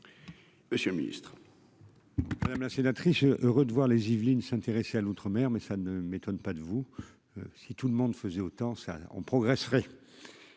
Monsieur le Ministre. Madame la sénatrice, heureux de voir les Yvelines s'intéresser à l'Outre-mer, mais ça ne m'étonne pas de vous, si tout le monde faisait autant ça on progresserait